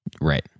Right